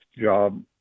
job